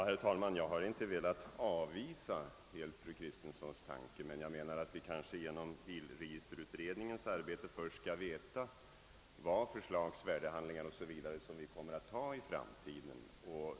Herr talman! Jag har inte helt velat avvisa fru Kristenssons tanke. Min uppfattning är att vi genom bilregisterutredningens arbete först skall veta vad slags värdehandlingar o.s.v. som vi kommer att ha i framtiden.